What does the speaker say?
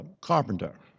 carpenter